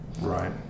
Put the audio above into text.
Right